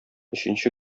өченче